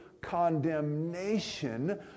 condemnation